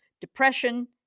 depression